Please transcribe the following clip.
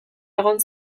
egon